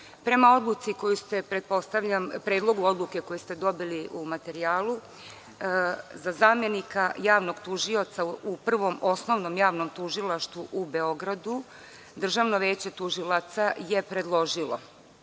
predlogu odluke koju ste dobili u materijalu, za zamenika javnog tužioca u Prvom osnovnom javnom tužilaštvu u Beogradu Državno veće tužilaca je predložilo